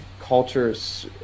cultures